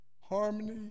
harmony